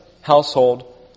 household